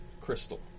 crystal